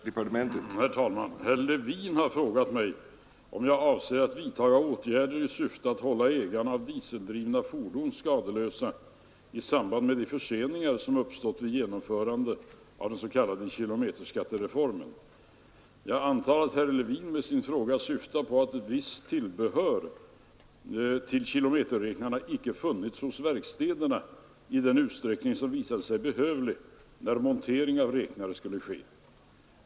Herr talman! Herr Levin har frågat mig om jag avser att vidtaga åtgärder i syfte att hålla ägare av dieseldrivna fordon skadeslösa i samband med de förseningar som uppstått vid genomförandet av den s.k. kilometerskattereformen. Jag antar att herr Levin med sin fråga syftar på att visst tillbehör till kilometerräknarna inte funnits hos verkstäderna i den utsträckning som visade sig behövlig när montering av räknare skulle ske.